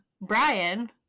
Brian